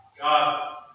God